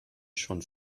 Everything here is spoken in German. schon